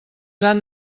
han